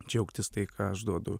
džiaugtis tai ką aš duodu